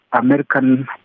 American